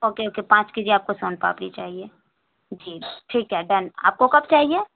okay okay پانچ K G آپ کو سون پاپڑی چاہیے جی ٹھیک ہے ڈن آپ کو کب چاہیے